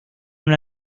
una